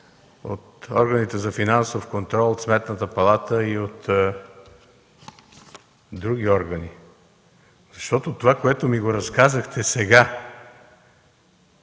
от органите за финансов контрол, от Сметната палата и от други органи. Относно това, което ми разказахте сега,